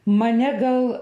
mane gal